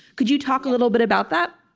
could you talk a little bit about that?